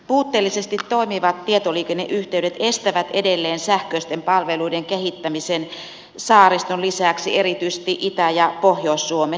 puutteellisesti toimivat tietoliikenneyhteydet estävät edelleen sähköisten palveluiden kehittämisen saariston lisäksi erityisesti itä ja pohjois suomessa